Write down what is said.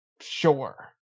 sure